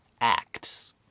acts